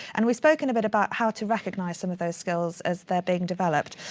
and we've spoken a bit about how to recognise some of those skills as they're being developed.